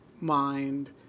mind